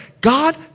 God